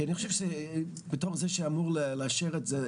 כי אני חושב שבתור זה שאמור לאשר את זה,